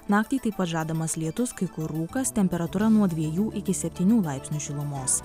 naktį taip pat žadamas lietus kai kur rūkas temperatūra nuo dviejų iki septynių laipsnių šilumos